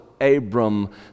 Abram